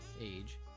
age